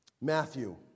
Matthew